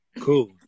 Cool